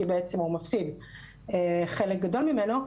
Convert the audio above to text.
כי בעצם הוא מפסיד חלק גדול ממנו,